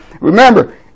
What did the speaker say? Remember